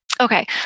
Okay